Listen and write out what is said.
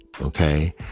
Okay